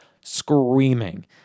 screaming